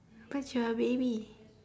but you're a baby